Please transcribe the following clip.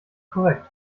korrekt